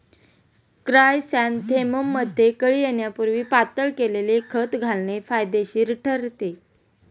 क्रायसॅन्थेमममध्ये कळी येण्यापूर्वी पातळ केलेले खत घालणे फायदेशीर ठरते